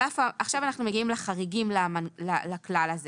ועכשיו אנחנו מגיעים לחריגים לכלל הזה